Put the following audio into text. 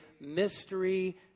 mystery